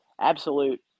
absolute